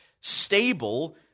stable